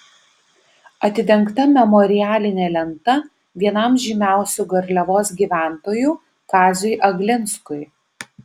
atidengta memorialinė lenta vienam žymiausių garliavos gyventojų kaziui aglinskui